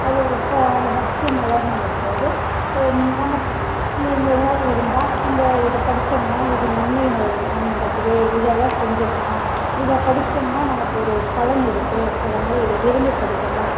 அது இப்போ பக்தி மலர்னு வரும்போது நமக்கு இந்தமாதிரி இருந்தால் இந்த இது படித்தோம்னா இது நன்மை நடக்குது இதெல்லாம் செஞ்சோமுனா இதை படித்தோம்னா நமக்கு ஒரு பலன் இருக்குது அதனால் இதை விரும்பிப் படிக்கிறேன்